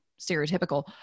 stereotypical